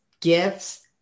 gifts